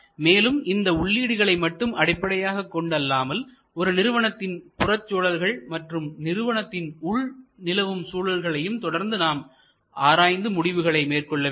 மேலும் இந்த உள்ளீடுகளை மட்டும் அடிப்படையாகக் கொண்டு அல்லாமல் ஒரு நிறுவனத்தின் புறச்சூழல்கள் மற்றும் நிறுவனத்தில் உள் நிலவும் சூழல்களையும் தொடர்ந்து நாம் ஆராய்ந்து முடிவுகளை மேற்கொள்ள வேண்டும்